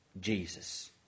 Jesus